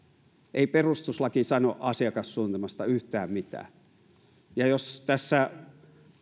ei perustuslaki sano asiakassuunnitelmasta yhtään mitään ja jos tässä